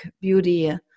beauty